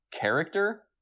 character